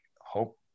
hope